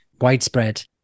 widespread